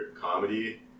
comedy